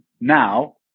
now